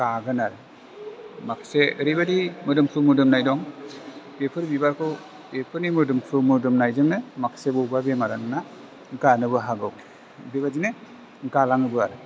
गागोन आरो माखासे एरैबाइदि मोदोमफ्रु मोदोमनाय दं बेफोर बिबारखौ बेफोरनि मोदोमफ्रु मोदोमनायजोंनो माखासे बबेबा बेमारा नोंना गानोबो हागौ बेबाइदिनो गालाङोबो आरो